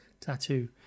tattoo